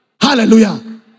Hallelujah